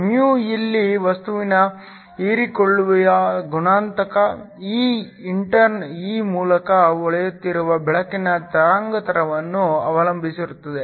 μ ಇಲ್ಲಿ ವಸ್ತುವಿನ ಹೀರಿಕೊಳ್ಳುವ ಗುಣಾಂಕ ಈ ಇಂಟರ್ನ್ ಈ ಮೂಲಕ ಹೊಳೆಯುತ್ತಿರುವ ಬೆಳಕಿನ ತರಂಗಾಂತರವನ್ನು ಅವಲಂಬಿಸಿರುತ್ತದೆ